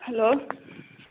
hello